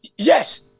Yes